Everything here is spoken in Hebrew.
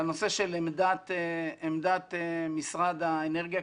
לנושא של עמדת משרד האנרגיה.